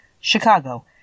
Chicago